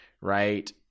right